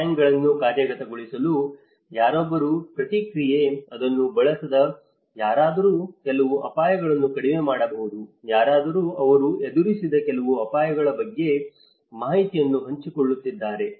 ಈ ಟ್ಯಾಂಕ್ಗಳನ್ನು ಕಾರ್ಯಗತಗೊಳಿಸಲು ಯಾರೊಬ್ಬರ ಪ್ರತಿಕ್ರಿಯೆ ಅದನ್ನು ಬಳಸಿದ ಯಾರಾದರೂ ಕೆಲವು ಅಪಾಯಗಳನ್ನು ಕಡಿಮೆ ಮಾಡಬಹುದು ಯಾರಾದರೂ ಅವರು ಎದುರಿಸಿದ ಕೆಲವು ಅಪಾಯಗಳ ಬಗ್ಗೆ ಮಾಹಿತಿಯನ್ನು ಹಂಚಿಕೊಳ್ಳುತ್ತಿದ್ದಾರೆ